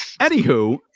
anywho